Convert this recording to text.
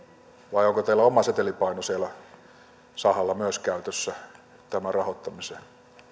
vai onko teillä oma setelipaino siellä sahalla myös käytössä tämän rahoittamiseen niin